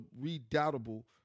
redoubtable